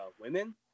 women